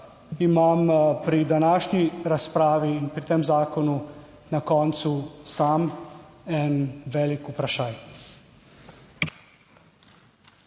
imam pri današnji razpravi in pri tem zakonu na koncu sam en velik vprašaj.